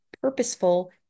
purposeful